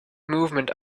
movement